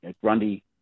Grundy